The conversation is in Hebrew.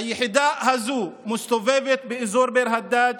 היחידה הזו מסתובבת באזור ביר הדאג',